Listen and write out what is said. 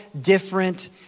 different